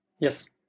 Yes